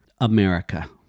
America